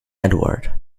edward